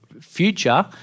future